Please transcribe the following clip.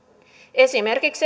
esimerkiksi